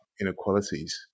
inequalities